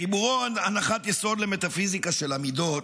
בחיבורו "הנחת יסוד למטפיזיקה של המידות"